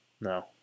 No